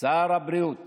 שר הבריאות